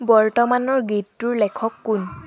বৰ্তমানৰ গীতটোৰ লেখক কোন